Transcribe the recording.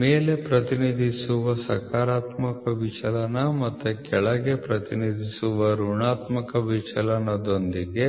ಮೇಲೆ ಪ್ರತಿನಿಧಿಸುವ ಸಕಾರಾತ್ಮಕ ವಿಚಲನ ಮತ್ತು ಕೆಳಗೆ ಪ್ರತಿನಿಧಿಸುವ ಋಣಾತ್ಮಕ ವಿಚಲನದೊಂದಿಗೆ